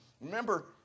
remember